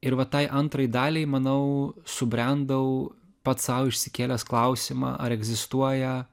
ir va tai antrai daliai manau subrendau pats sau išsikėlęs klausimą ar egzistuoja